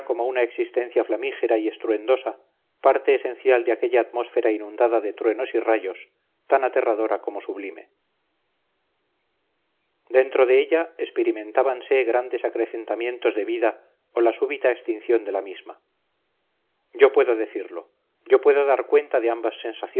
una existencia flamígera y estruendosa parte esencial de aquella atmósfera inundada de truenos y rayos tan aterradora como sublime dentro de ella experimentábanse grandes acrecentamientos de vida o la súbita extinción de la misma yo puedo decirlo yo puedo dar cuenta de ambas